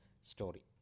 story